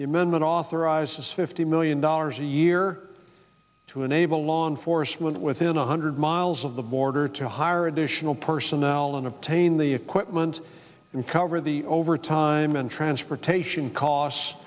that authorizes fifty million dollars a year to enable law enforcement within one hundred miles of the border to hire additional personnel in obtaining the equipment and cover the overtime and transportation costs